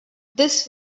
this